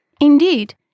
Indeed